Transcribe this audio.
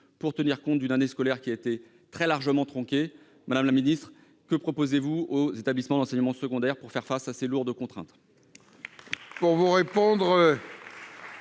pour tenir compte d'une année scolaire qui a été très largement tronquée. Madame la ministre, que proposez-vous aux établissements d'enseignement supérieur pour leur permettre de faire face à ces lourdes contraintes ?